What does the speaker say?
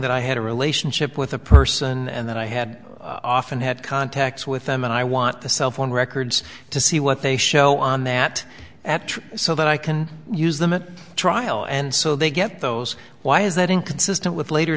that i had a relationship with a person and that i had often had contacts with them and i want the cell phone records to see what they show on that so that i can use them at trial and so they get those why is that inconsistent with later